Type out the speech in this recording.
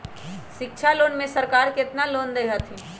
शिक्षा लोन में सरकार केतना लोन दे हथिन?